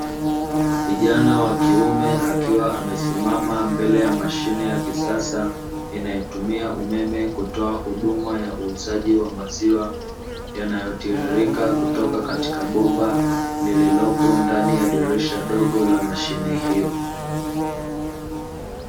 Kijana wa kiume akiwa amesimama mbele ya mashine ya kisasa, inayotumia umeme kutoa huduma ya uuzaji wa maziwa, yanayotiririka kutoka katika bomba lililopo ndani ya dirisha dogo la mashine hiyo.